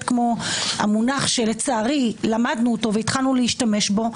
המונח שלצערי למדנו והתחלנו להשתמש בו,